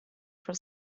for